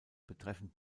betreffen